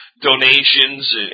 donations